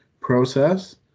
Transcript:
process